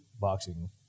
boxing